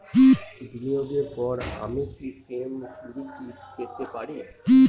বিনিয়োগের পর আমি কি প্রিম্যচুরিটি পেতে পারি?